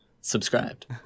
subscribed